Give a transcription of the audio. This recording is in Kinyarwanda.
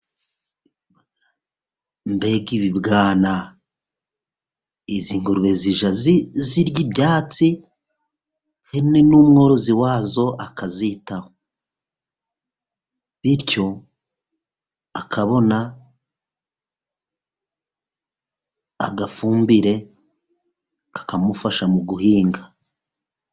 Mbega ibibwana! izi ngurube zijya zirya ibyatsi, yewe n'umworozi wa zo akazitaho. Bityo akabona agafumbire, kakamufasha mu guhinga.